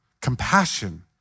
Compassion